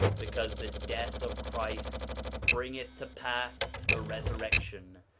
because the death of christ bringeth to pass the resurrection,